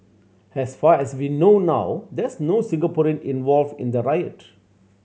as far as we know now there's no Singaporean involved in the riot